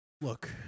Look